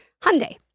Hyundai